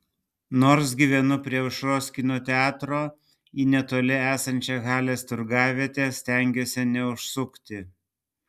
nors gyvenu prie aušros kino teatro į netoli esančią halės turgavietę stengiuosi neužsukti